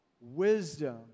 wisdom